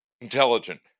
intelligent